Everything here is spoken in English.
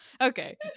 Okay